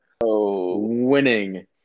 winning